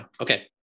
Okay